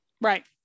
Right